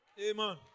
Amen